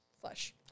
flush